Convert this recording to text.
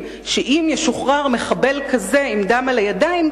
שאם ישוחרר מחבל כזה עם דם על הידיים,